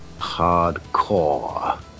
Hardcore